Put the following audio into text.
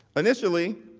initially,